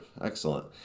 Excellent